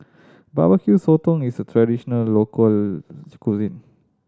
Barbecue Sotong is a traditional local cuisine